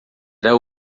irá